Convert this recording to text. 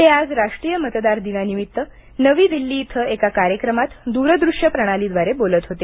ते आज राष्ट्रीय मतदार दिनानिमित्त नवी दिल्ली येथे एक कार्यक्रमात दूरदृश्य प्रणालीद्वारे बोलत होते